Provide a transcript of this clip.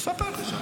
אני מספר לך.